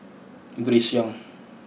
Grace Young